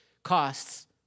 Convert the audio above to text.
costs